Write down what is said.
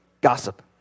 gossip